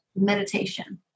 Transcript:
meditation